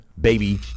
baby